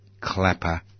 clapper